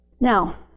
Now